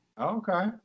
Okay